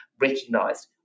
recognised